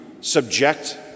subject